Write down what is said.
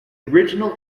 original